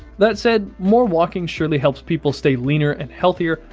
that said, more walking surely helps people stay leaner and healthier,